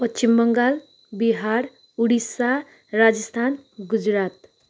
Paschim Bengal Bihar Odisha Rajasthan Gujarat